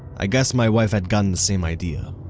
i guess my wife had gotten the same idea.